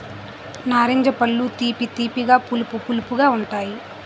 నారింజ పళ్ళు తీపి తీపిగా పులుపు పులుపుగా ఉంతాయి